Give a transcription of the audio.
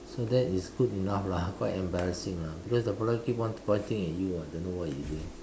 so that is good enough lah quite embarrassing lah because the fellow keep on pointing at you ah don't know what he say